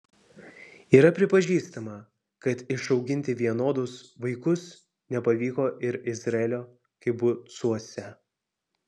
yra pripažįstama kad išauginti vienodus vaikus nepavyko ir izraelio kibucuose